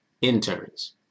Interns